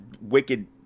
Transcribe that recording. wicked